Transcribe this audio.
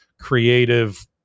creative